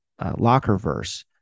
Lockerverse